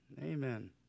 amen